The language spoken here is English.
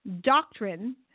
doctrine